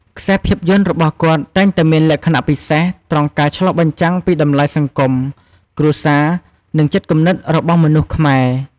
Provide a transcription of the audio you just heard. ខ្សែភាពយន្តរបស់គាត់តែងតែមានលក្ខណៈពិសេសត្រង់ការឆ្លុះបញ្ចាំងពីតម្លៃសង្គម គ្រួសារ និងចិត្តគំនិតរបស់មនុស្សខ្មែរ។